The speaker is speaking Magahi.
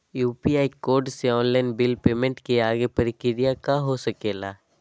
यू.पी.आई कोड से ऑनलाइन बिल पेमेंट के आगे के प्रक्रिया का हो सके ला?